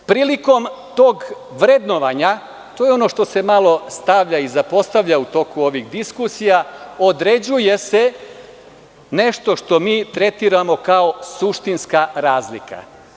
Prilikom tog vrednovanja, to je ono što se malo stavlja i zapostavlja u toku ovih diskusija, određuje se nešto što mi tretiramo kao suštinska razlika.